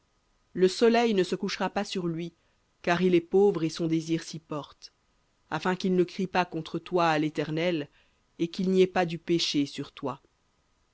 le soleil ne se couchera pas sur lui car il est pauvre et son désir s'y porte afin qu'il ne crie pas contre toi à l'éternel et qu'il n'y ait pas du péché sur toi